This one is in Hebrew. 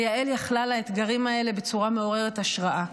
ויעל יכלה לאתגרים האלה בצורה מעוררת השראה.